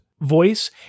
voice